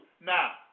Now